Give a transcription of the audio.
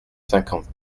cinquante